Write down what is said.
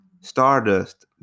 Stardust